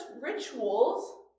rituals